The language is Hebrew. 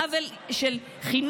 עוול של חינוך,